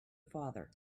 father